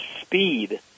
speed